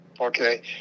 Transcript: Okay